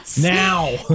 now